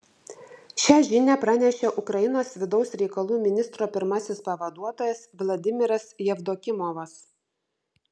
šią žinią pranešė ukrainos vidaus reikalų ministro pirmasis pavaduotojas vladimiras jevdokimovas